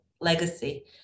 legacy